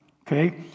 Okay